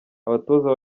abatoza